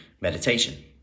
meditation